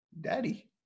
Daddy